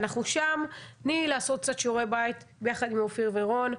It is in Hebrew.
אנחנו שם מלעשות קצת שיעורי בית ביחד עם אופיר ורון,